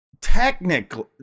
Technically